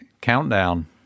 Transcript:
countdown